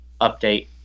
update